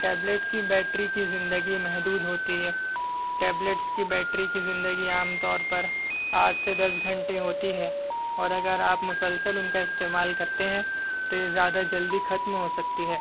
tablet کی battery کی زندگی محدود ہوتی ہے ٹیبلیٹس کی بیٹری کی زندگی عام طور پر آٹھ سے دس گھنٹے ہوتی ہے اور اگر آپ مسلسل ان کا استعمال کرتے ہیں تو یہ زیادہ جلدی ختم ہو سکتی ہے